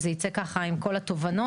זה יצא ככה עם כל התובנות.